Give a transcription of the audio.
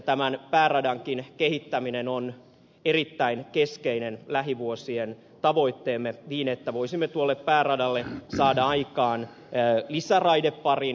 tämän pääradankin kehittäminen on erittäin keskeinen lähivuosien tavoitteemme niin että voisimme tuolle pääradalle saada aikaan lisäraideparin